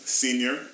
senior